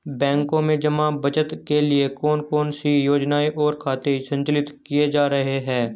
बैंकों में जमा बचत के लिए कौन कौन सी योजनाएं और खाते संचालित किए जा रहे हैं?